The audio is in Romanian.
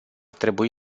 trebui